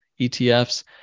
ETFs